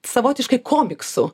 savotiškai komiksų